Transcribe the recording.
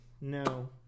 No